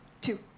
Two